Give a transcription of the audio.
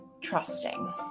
trusting